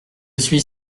suis